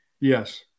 Yes